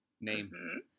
name